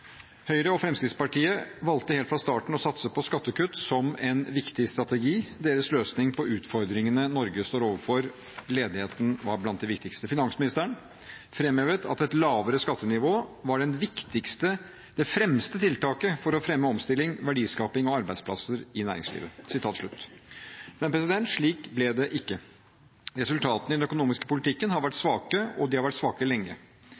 Høyre og Fremskrittspartiet valgte helt fra starten å satse på skattekutt som en viktig strategi – deres løsning på utfordringene Norge står overfor. Ledigheten var blant de viktigste. Finansministeren framhevet at et lavere skattenivå var «det fremste tiltaket for å fremme omstilling, verdiskaping og arbeidsplasser i næringslivet». Men slik ble det ikke. Resultatene i den økonomiske politikken har vært svake, og de har vært svake lenge.